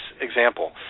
example